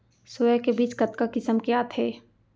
Soya के बीज कतका किसम के आथे?